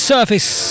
Surface